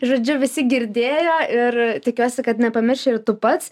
žodžiu visi girdėjo ir tikiuosi kad nepamirši ir tu pats